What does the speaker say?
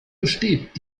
besteht